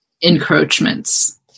encroachments